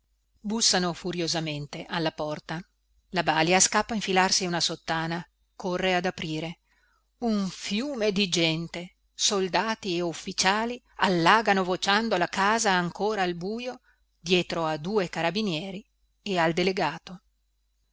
bussano furiosamente alla porta la balia scappa a infilarsi una sottana corre ad aprire un fiume di gente soldati e ufficiali allagano vociando la casa ancora al bujo dietro a due carabinieri e al delegato